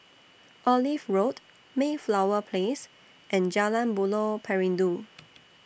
Olive Road Mayflower Place and Jalan Buloh Perindu